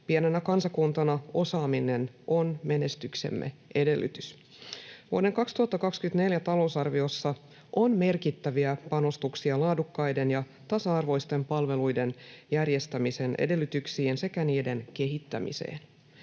Pienenä kansakuntana osaaminen on menestyksemme edellytys. Vuoden 2024 talousarviossa on merkittäviä panostuksia laadukkaiden ja tasa-arvoisten palveluiden järjestämisen edellytyksiin sekä niiden kehittämiseen.